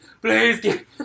please